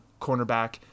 cornerback